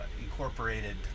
incorporated